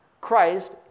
Christ